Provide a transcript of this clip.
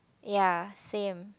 ya same